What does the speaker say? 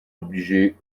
obligé